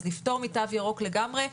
אז לפטור מתו ירוק לגמרי,